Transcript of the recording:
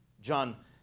John